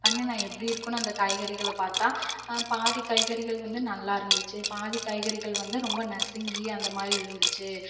பண்ணி நான் எப்டி இருக்கும்னு அந்த காய்கறிகளை பார்த்தா பாதி காய்கறிகள் வந்து நல்லாருந்துச்சு பாதி காய்கறிகள் வந்து ரொம்ப நசுங்கி அந்தமாதிரி இருந்துச்சு